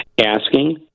asking